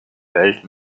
welt